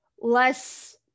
less